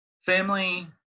family